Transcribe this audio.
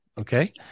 okay